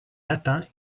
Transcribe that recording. latin